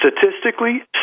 statistically